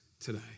today